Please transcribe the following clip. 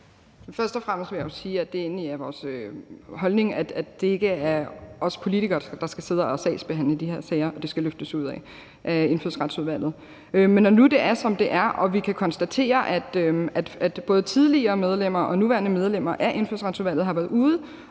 Først og fremmest vil jeg jo sige, at det egentlig er vores holdning, at det ikke er os politikere, der skal sidde og sagsbehandle de her sager, og det skal løftes ud af Indfødsretsudvalget. Men når nu det er, som det er, og vi kan konstatere, at både tidligere medlemmer og nuværende medlemmer af Indfødsretsudvalget har været ude